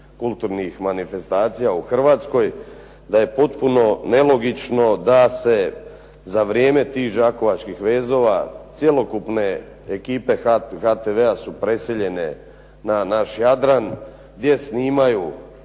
kulturnih manifestacija u Hrvatskoj, da je potpuno nelogično da se za vrijeme tih "Đakovačkih vezova" cjelokupne ekipe HTV-a su preseljene na naš Jadran gdje snimaju,